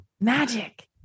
Magic